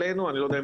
אני לא יודע,